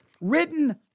written